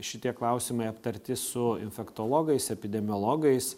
šitie klausimai aptarti su infektologais epidemiologais